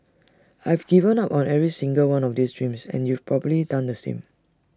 I've given up on every single one of these dreams and you've probably done the same